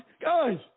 Guys